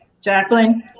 Jacqueline